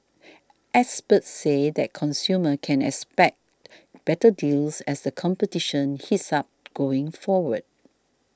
experts said that consumers can expect better deals as the competition heats up going forward